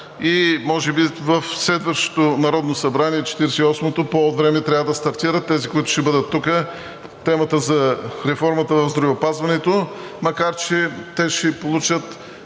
и може би в следващото Народно събрание – 48-ото, по-овреме трябва да стартират тези, които ще бъдат тук, темата за реформата в здравеопазването, макар че те ще получат